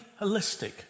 holistic